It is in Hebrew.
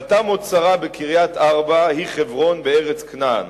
ותמת שרה בקרית ארבע הוא חברון בארץ כנען